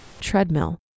Treadmill